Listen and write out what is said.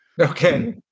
Okay